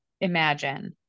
imagine